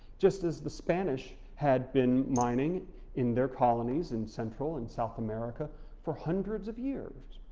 just as the spanish had been mining in their colonies in central and south america for hundreds of years.